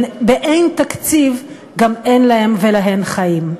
שבאין-תקציב גם אין להם ולהן חיים?